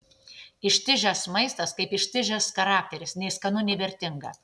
ištižęs maistas kaip ištižęs charakteris nei skanu nei vertinga